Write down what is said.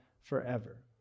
forever